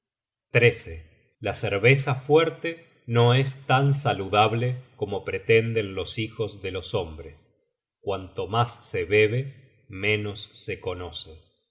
embriaguez la cerveza fuerte no es tan saludable como pretenden los hijos de los hombres cuanto mas se bebe menos se conoce